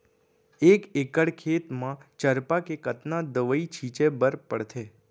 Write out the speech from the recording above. एक एकड़ खेत म चरपा के कतना दवई छिंचे बर पड़थे?